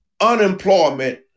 unemployment